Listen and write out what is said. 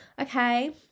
okay